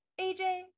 AJ